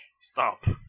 Stop